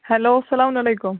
hello سلام علیکُم